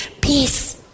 peace